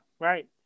right